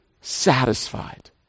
satisfied